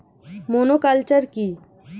Monoculture কি?